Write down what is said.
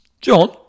John